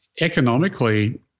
economically